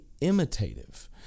imitative